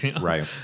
right